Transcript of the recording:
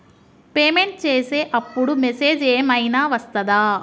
Payment చేసే అప్పుడు message ఏం ఐనా వస్తదా?